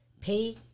Pay